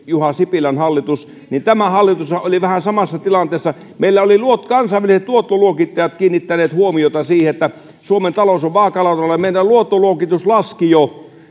juha sipilän hallitus aloitti niin tämä hallitushan oli vähän samassa tilanteessa meillä olivat kansainväliset luottoluokittajat kiinnittäneet huomiota siihen että suomen talous on vaakalaudalla ja meidän luottoluokituksemme laski jo